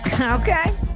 Okay